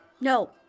no